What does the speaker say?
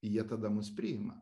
jie tada mus priima